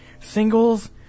singles